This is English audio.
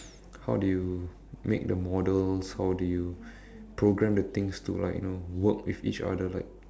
how do you make the models how do you program the things to like you know work with each other like